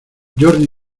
jordi